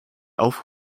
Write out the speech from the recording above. auf